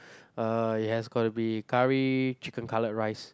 uh it has got to be curry chicken cutlet rice